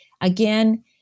again